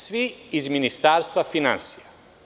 Svi iz Ministarstva finansija.